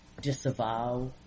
disavow